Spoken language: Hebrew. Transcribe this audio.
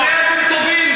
בזה אתם טובים.